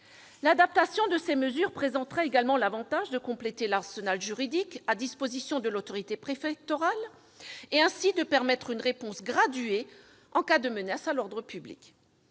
L'adaptation de ces mesures présenterait également l'avantage de compléter l'arsenal juridique à la disposition de l'autorité préfectorale et, ainsi, de permettre une réponse graduée en cas de menaces à l'ordre public.